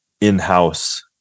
in-house